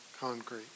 concrete